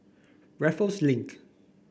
Raffles Link